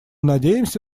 надеемся